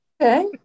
Okay